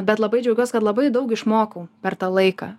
bet labai džiaugiuos kad labai daug išmokau per tą laiką